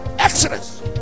Exodus